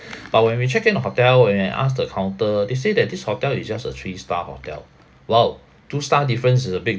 but when we check in the hotel and we ask the counter they say that this hotel is just a three star hotel !wow! two star difference is a big